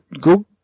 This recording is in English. go